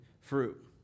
fruit